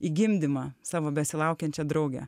į gimdymą savo besilaukiančią draugę